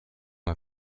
n’a